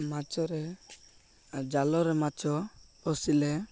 ମାଛରେ ଜାଲରେ ମାଛ ପସିଲେ